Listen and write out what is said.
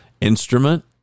instrument